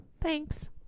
thanks